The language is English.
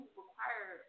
require